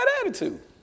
attitude